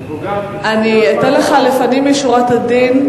אני מבוגר אני אתן לך לפנים משורת הדין.